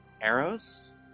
Arrows